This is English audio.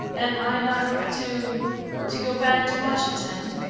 am i not to to go back to washin'ton?